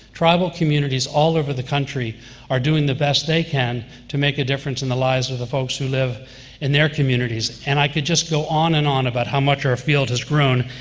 tribal communities all over the country are doing the best they can to make a difference in the lives of the folks who live in their communities. and i could just go on and on about how much our field has grown.